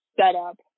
setup